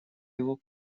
его